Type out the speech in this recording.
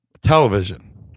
television